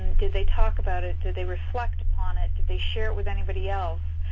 did they talk about it? did they reflect upon it? did they share it with anybody else?